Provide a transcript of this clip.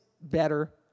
better